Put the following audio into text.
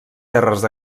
terres